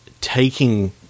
Taking